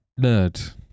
Nerd